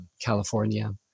California